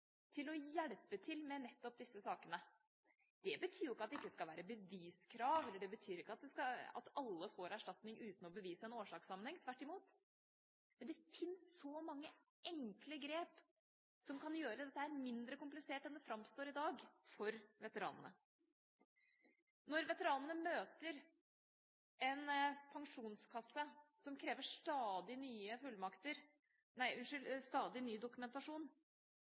til å hjelpe til med nettopp disse sakene. Det betyr ikke at det ikke skal være beviskrav, og det betyr ikke at alle får erstatning uten å bevise en årsakssammenheng – tvert imot. Men det finnes mange enkle grep som kan gjøre dette mindre komplisert for veteranene enn det det framstår som i dag. Når veteranene møter en pensjonskasse som krever stadig